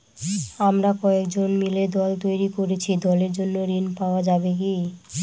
আমরা কয়েকজন মিলে দল তৈরি করেছি দলের জন্য ঋণ পাওয়া যাবে কি?